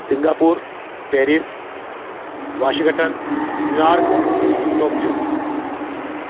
Singapore Paris Washington New York Tokyo